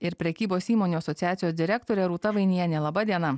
ir prekybos įmonių asociacijos direktorė rūta vainienė laba diena